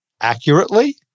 accurately